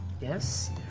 Yes